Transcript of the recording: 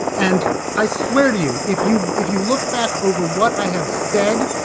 and i swear to you, if you if you look back over what i have said,